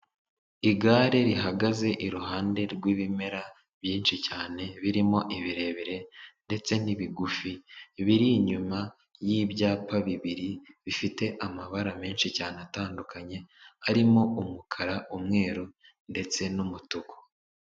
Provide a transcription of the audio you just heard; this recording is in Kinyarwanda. Igare rihagaze iruhande rw'ibimera byinshi cyane birimo ibirebire ndetse n'ibigufi biri inyuma y'ibyapa bibiri bifite amabara menshi cyane atandukanye arimo umukara, umweru ndetse n'umutuku.